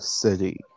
city